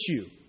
issue